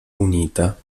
unita